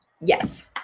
Yes